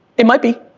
it might be,